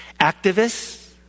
activists